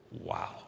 Wow